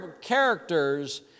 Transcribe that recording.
characters